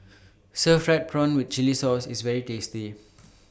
Stir Fried Prawn with Chili Sauce IS very tasty